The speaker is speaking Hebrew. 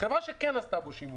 חברה שכן עשתה בו שימוש.